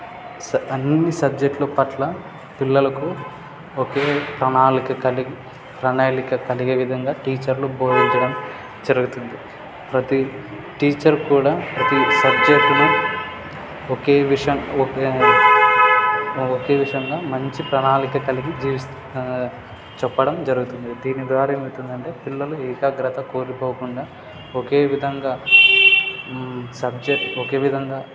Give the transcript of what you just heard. స అన్ని సబ్జెక్టుల పట్ల పిల్లలకు ఒకే ప్రణాళిక కలిగి ప్రణాళిక కలిగే విధంగా టీచర్లు బోధించడం జరుగుతుంది ప్రతీ టీచర్ కూడా ప్రతీ సబ్జెక్టును ఒకే విషయం ఒకే విషయంగా మంచి ప్రణాళిక కలిగి జీవిస్తూ చెప్పడం జరుగుతుంది దీని ద్వారా ఏమవుతుంది అంటే పిల్లలు ఏకాగ్రత కోల్పోకుండా ఒకే విధంగా సబ్జెక్టు ఒకే విధంగా